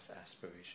aspiration